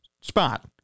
spot